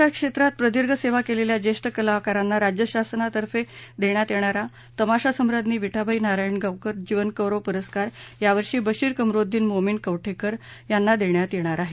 तमाशा क्षेत्रात प्रदीर्घ सेवा केलेल्या ज्येष्ठ कलाकारांना राज्य शासनातर्फे देण्यात येणाऱ्या तमाशासम्राज्ञी विठाबाई नारायणगावकर जीवन गौरव प्रस्कारासाठी यावर्षी बशीर कमरोद्विन मोमीन कवठेकर यांची निवड करण्यात आली आहे